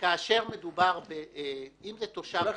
אם זה תושב